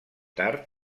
tard